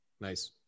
Nice